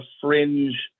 fringe